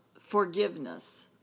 forgiveness